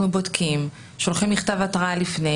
אנחנו בודקים, שולחים מכתב התראה לפני.